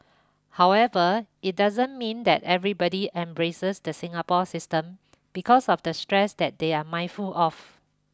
however it doesn't mean that everybody embraces the Singapore system because of the stress that they are mindful of